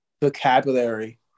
vocabulary